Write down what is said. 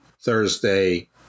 Thursday